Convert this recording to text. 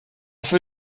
für